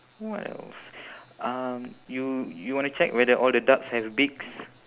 what else um you you wanna check whether all the ducks have beaks